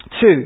two